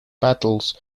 battles